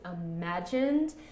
imagined